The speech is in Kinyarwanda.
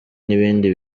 n’ibindi